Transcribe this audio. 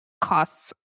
costs